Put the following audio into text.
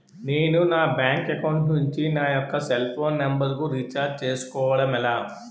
నేను నా bank account నుంచి నా యెక్క సెల్ ఫోన్ నంబర్ కు రీఛార్జ్ చేసుకోవడం ఎలా?